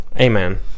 Amen